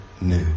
new